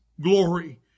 glory